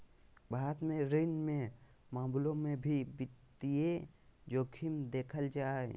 भारत मे ऋण के मामलों मे भी वित्तीय जोखिम देखल जा हय